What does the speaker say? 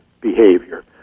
behavior